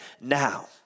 now